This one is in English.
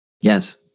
Yes